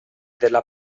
della